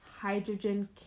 hydrogen